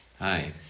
hi